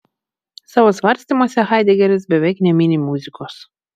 savo svarstymuose haidegeris beveik nemini muzikos